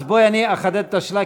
אז בואי אחדד את השאלה,